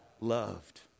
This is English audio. loved